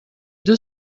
deux